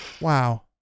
Wow